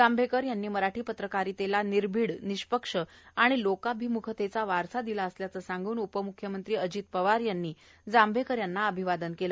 जांभेकर यांनी मराठी पत्रकारितेला निर्भिड निष्पक्ष लोकाभिमुखतेचा वारसा दिला असल्याचं सांगून उपम्ख्यमंत्री अजित पवार यांनी जांभेकर यांना अभिवादन केलं